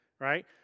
right